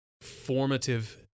formative